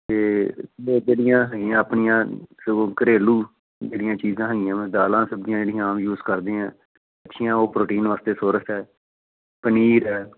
ਅਤੇ ਜਿਹੜੀਆਂ ਹੈਗੀਆਂ ਆਪਣੀਆਂ ਸਗੋਂ ਘਰੇਲੂ ਜਿਹੜੀਆਂ ਚੀਜ਼ਾਂ ਹੈਗੀਆਂ ਵਾ ਦਾਲਾਂ ਸਬਜ਼ੀਆਂ ਜਿਹੜੀਆਂ ਆਮ ਯੂਸ ਕਰਦੇ ਹਾਂ ਅੱਛੀਆਂ ਉਹ ਪ੍ਰੋਟੀਨ ਵਾਸਤੇ ਸੋਰਸ ਹੈ ਪਨੀਰ ਹੈ